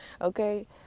okay